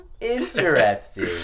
Interesting